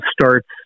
starts